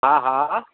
हा हा